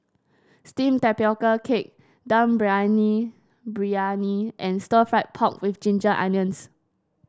steamed Tapioca Cake Dum Briyani briyani and Stir Fried Pork with Ginger Onions